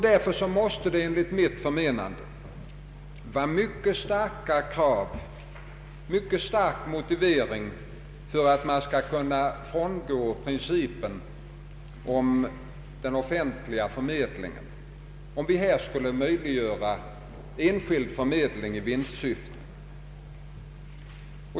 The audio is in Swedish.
Därför måste det enligt mitt förmenande finnas en mycket stark motivering för att man skall kunna frångå principen om den offentliga förmedlingen och möjliggöra enskild förmedling i vinstsyfte.